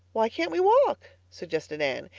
why can't we walk? suggested anne.